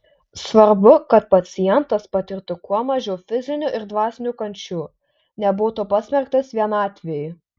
svarbu kad pacientas patirtų kuo mažiau fizinių ir dvasinių kančių nebūtų pasmerktas vienatvei